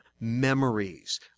memories